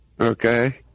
Okay